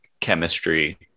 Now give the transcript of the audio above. chemistry